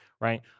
right